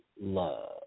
love